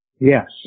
Yes